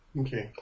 Okay